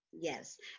yes